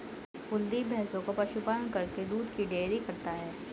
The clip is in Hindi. कुलदीप भैंसों का पशु पालन करके दूध की डेयरी करता है